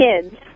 Kids